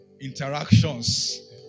interactions